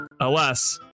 Alas